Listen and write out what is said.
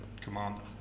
commander